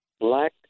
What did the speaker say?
Black